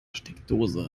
steckdose